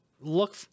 look